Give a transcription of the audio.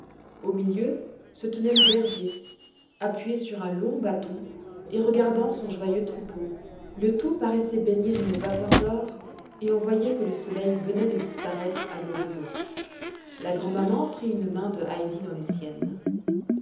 au milieu se tenait le berger appuyé sur un long bâton et regardant son joyeux troupeau le tout paraissait baigné d'une vapeur d'or et on voyait que le soleil venait de disparaître à l'horizon la grand'maman prit une main de heidi dans les siennes